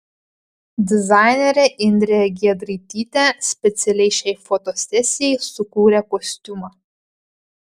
dizainerė indrė giedraitytė specialiai šiai fotosesijai sukūrė kostiumą